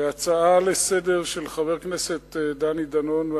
על ההצעה לסדר-היום של חבר הכנסת דני